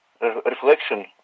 reflection